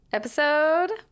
episode